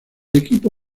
equipo